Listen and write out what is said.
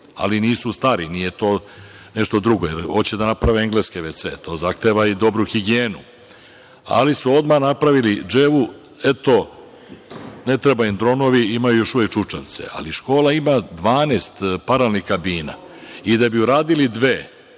ali nisu stari. Nešto drugo je. Hoće da naprave engleske VC-e. To zahteva i dobru higijenu, ali su odmah napravili dževu – eto, ne trebaju im dronovi, imaju još uvek čučavce. Škola ima 12 paralelnih kabina i da bi uradili dve